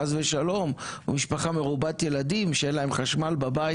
חס ושלום או משפחה מרובת ילדים שאין להם חשמל בבית בחורף,